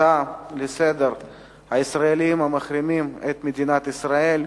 הצעות לסדר-היום: הישראלים המחרימים את מדינת ישראל,